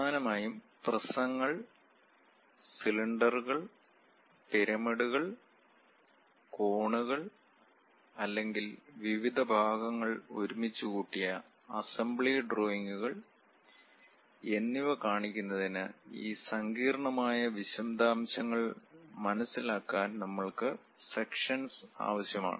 പ്രധാനമായും പ്രിസങ്ങൾ സിലിണ്ടറുകൾ പിരമിഡുകൾ കോണുകൾ അല്ലെങ്കിൽ വിവിധ ഭാഗങ്ങൾ ഒരുമിച്ചുകൂട്ടിയ അസംബ്ലി ഡ്രോയിംഗുകൾ എന്നിവ കാണിക്കുന്നതിന് ഈ സങ്കീർണ്ണമായ വിശദാംശങ്ങൾ മനസിലാക്കാൻ നമ്മൾക്ക് സെക്ഷൻസ് ആവശ്യമാണ്